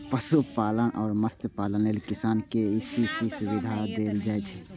पशुपालन आ मत्स्यपालन लेल किसान कें के.सी.सी सुविधा देल जाइ छै